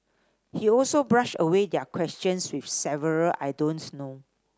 he also brushed away their questions with several I don't know